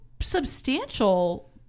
substantial